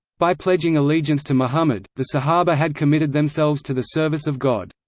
by pledging allegiance to muhammad, the sahabah had committed themselves to the service of god.